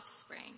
offspring